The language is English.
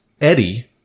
Eddie